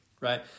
right